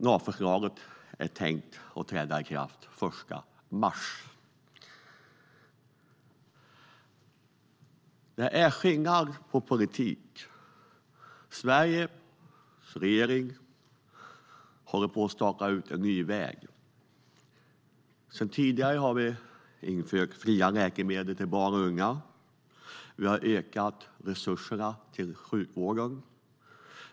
Lagförslaget är tänkt att träda i kraft den 1 mars. Politik gör skillnad. Sveriges regering håller på att staka ut en ny väg. Sedan tidigare har vi infört fria läkemedel för barn och unga. Vi har ökat resurserna till sjukvården.